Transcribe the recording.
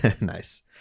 nice